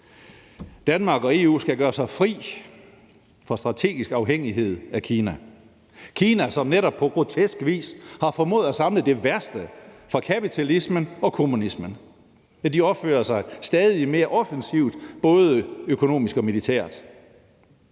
Danmark og EU skal gøre sig fri fra strategisk afhængighed af Kina – Kina, som netop på grotesk vis har formået at samle det værste fra kapitalismen og kommunismen. De opfører sig stadig mere offensivt både økonomisk og militært.